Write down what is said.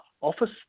office